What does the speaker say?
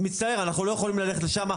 מצטער, אנחנו לא יכולים ללכת לשם.